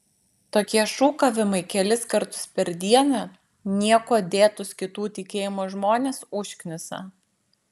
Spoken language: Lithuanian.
tokie šūkavimai kelis kartus per dieną niekuo dėtus kitų tikėjimų žmones užknisa